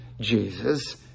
Jesus